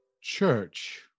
church